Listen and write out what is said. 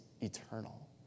eternal